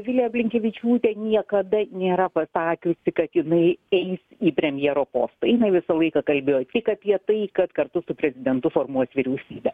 vilija blinkevičiūtė niekada nėra pasakiusi kad jinai eis į premjero postą jinai visą laiką kalbėjo tik apie tai kad kartu su prezidentu formuos vyriausybę